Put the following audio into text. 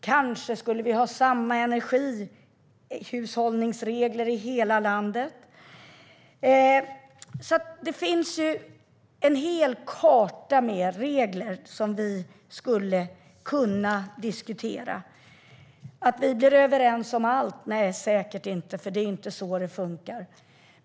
Kanske skulle vi ha samma energihushållningsregler i hela landet. Det finns alltså en hel karta med regler vi skulle kunna diskutera. Nej, vi blir säkert inte överens om allt, för det är inte så det funkar.